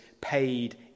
paid